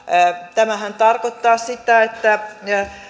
tämähän tarkoittaa sitä että